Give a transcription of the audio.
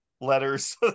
letters